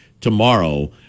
tomorrow